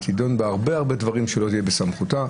היא תידון בהרבה הרבה דברים שלא יהיה בסמכותה,